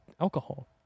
alcohol